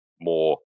more